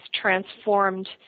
transformed